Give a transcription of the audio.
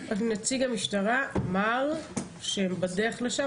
נציג המשטרה אמר שהם בדרך לשם.